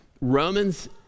Romans